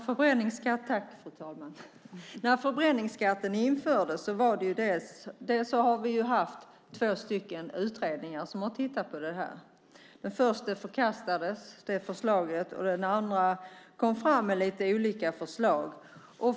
Fru talman! Vi har haft två utredningar som har tittat på detta. Förslaget från den första utredningen förkastades, och den andra utredningen kom med lite olika förslag.